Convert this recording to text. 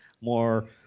more